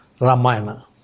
Ramayana